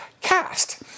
cast